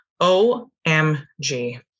OMG